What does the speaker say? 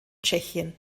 tschechien